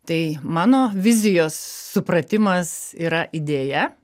tai mano vizijos supratimas yra idėja